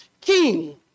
king